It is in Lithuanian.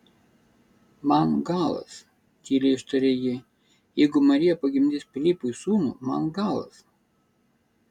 man galas tyliai ištarė ji jeigu marija pagimdys pilypui sūnų man galas